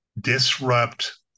disrupt